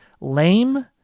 lame